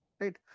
Right